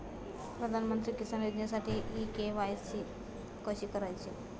प्रधानमंत्री किसान योजनेसाठी इ के.वाय.सी कशी करायची?